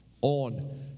on